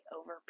over